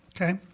Okay